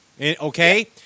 okay